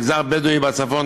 מגזר בדואי בצפון,